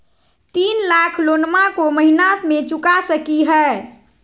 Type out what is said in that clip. तीन लाख लोनमा को महीना मे चुका सकी हय?